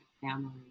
family